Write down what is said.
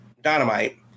dynamite